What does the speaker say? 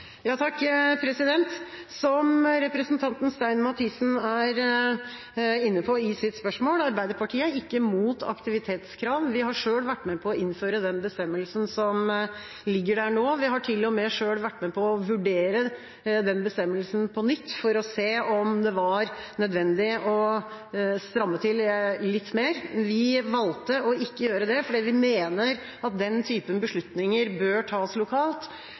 Som representanten Bente Stein Mathisen er inne på i sitt spørsmål, er Arbeiderpartiet ikke imot aktivitetskrav – vi har selv vært med på å innføre den bestemmelsen som ligger der nå. Vi har til og med selv vært med på å vurdere bestemmelsen på nytt for å se om det var nødvendig å stramme til litt mer. Vi valgte ikke å gjøre det, fordi vi mener at den typen beslutninger bør tas lokalt,